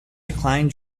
declined